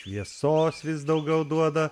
šviesos vis daugiau duoda